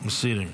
מסירים.